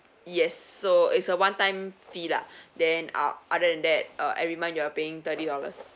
yes so it's a one time fee lah then uh other than that uh every month you are paying thirty dollars